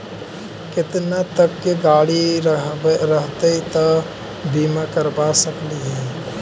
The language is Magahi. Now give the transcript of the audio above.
केतना तक के गाड़ी रहतै त बिमा करबा सकली हे?